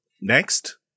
next